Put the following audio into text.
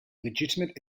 legitimate